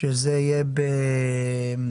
בעצם